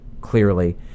clearly